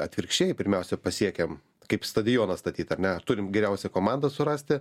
atvirkščiai pirmiausia pasiekiam kaip stadioną statyt ar ne turim geriausią komandą surasti